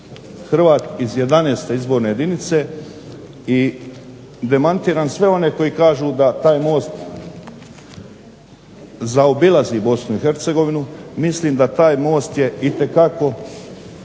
Hrvat iz 11. Izborne jedinice i demantiram sve one koji kažu da taj most zaobilazi BiH, mislim da taj most je itekako